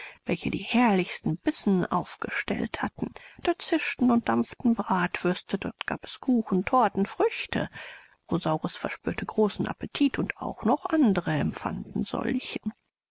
welche die herrlichsten bissen aufgestellt hatten da zischten und dampften bratwürste dort gab es kuchen torten früchte rosaurus verspürte großen appetit und auch noch andere empfanden